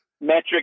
metric